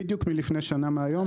בדיוק לפני שנה מהיום,